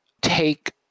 take